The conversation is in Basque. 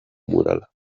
murala